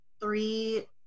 three